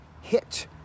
hit